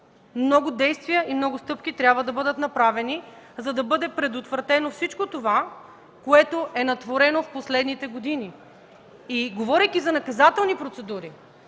Много действия, много стъпки трябва да бъдат направени, за да бъде предотвратено всичко това, което е натворено в последните години. Говорейки за наказателни процедури,